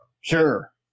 Sure